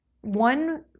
one